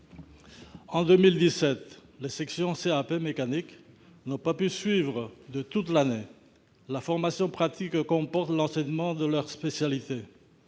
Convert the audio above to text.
En 2017, les élèves en section CAP mécanique n'ont pas pu suivre de toute l'année la formation pratique que comporte l'enseignement de leur spécialité